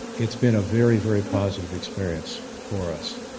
it's been a very, very positive experience for us.